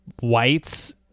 whites